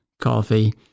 coffee